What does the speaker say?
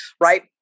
Right